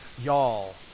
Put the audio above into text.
y'all